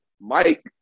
Mike